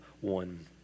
one